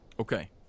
Okay